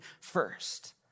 first